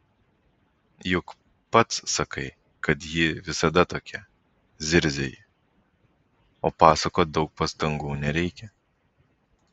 juk pats sakai kad ji visada tokia zirzia ji o pasakot daug pastangų nereikia